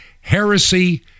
heresy